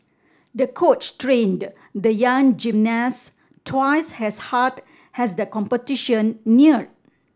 the coach trained the young gymnast twice as hard as the competition neared